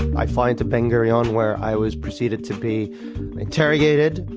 i fly into ben gurion, where i was proceeded to be interrogated.